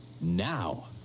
now